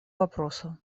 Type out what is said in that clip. вопросу